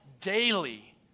daily